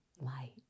light